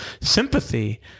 sympathy